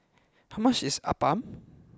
how much is Appam